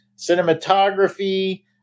cinematography